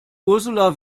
ursula